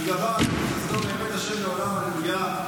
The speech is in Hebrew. כי גבר עלינו חסדו ואמת ה' לעולם הללויה.